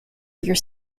your